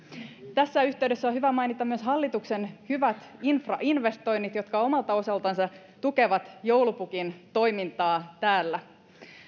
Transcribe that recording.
tässä yhteydessä on hyvä mainita myös hallituksen hyvät infrainvestoinnit jotka omalta osaltansa tukevat joulupukin toimintaa täällä